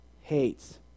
hates